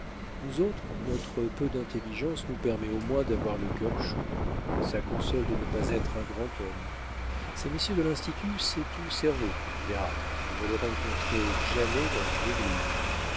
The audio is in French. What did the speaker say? nous autres notre peu d'intelligence nous permet au moins d'avoir le cœur chaud ça console de ne pas être un grand homme ces messieurs de l'institut c'est tout cerveau tu verras vous ne les rencontrez jamais dans une église